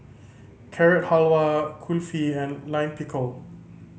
Carrot Halwa Kulfi and Lime Pickle